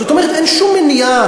זאת אומרת אין שום מניעה